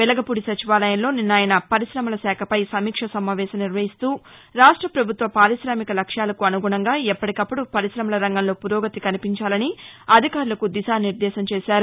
వెలగపూడి సచివాలయంలో నిన్న ఆయన పరిశమల శాఖపై సమీక్ష సమావేశం నిర్వహిస్తూ రాష్ట ప్రభుత్వ పారిక్రామిక లక్ష్యాలకు అనుగుణంగా ఎప్పటికప్పుడు పరిక్రమల రంగంలో పురోగతి కనిపించాలని అధికారులకు దిశానిర్గేశం చేశారు